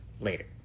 later